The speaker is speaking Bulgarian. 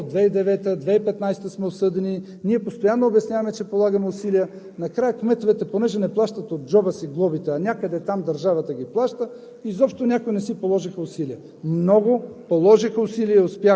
от тях обаче сега ще плащаме огромни глоби, защото от 2009 г., 2015 г. сме осъдени. Ние постоянно обясняване, че полагаме усилия – накрая кметовете, тъй като не плащат от джоба си глобите, а някъде там държавата ги плаща,